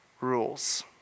rules